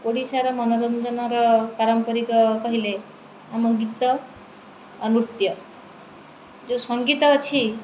ଓଡ଼ିଶାର ମନୋରଞ୍ଜନର ପାରମ୍ପରିକ କହିଲେ ଆମ ଗୀତ ଆଉ ନୃତ୍ୟ ଯୋଉ ସଙ୍ଗୀତ ଅଛି